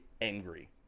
angry